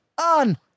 on